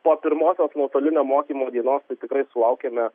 po pirmosios nuotolinio mokymo dienos tai tikrai sulaukėme